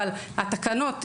אבל התקנות,